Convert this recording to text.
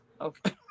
okay